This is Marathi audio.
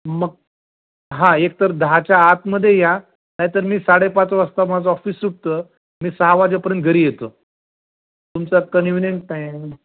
मग हा एकतर दहाच्या आतमध्ये या नाहीतर मी साडेपाच वाजता माझं ऑफिस सुटतं मी सहा वाजेपर्यंत घरी येतो तुमचा कन्विनियंट टाईम